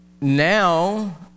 now